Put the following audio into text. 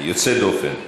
זה יוצא דופן.